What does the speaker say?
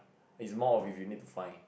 is more of if you need to find